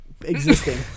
existing